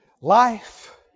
life